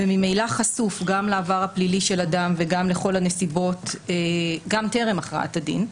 וממילא חשוף גם לעבר הפלילי של אדם וגם לכל הנסיבות גם טרם הכרעת הדין,